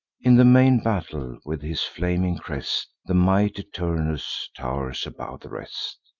in the main battle, with his flaming crest, the mighty turnus tow'rs above the rest.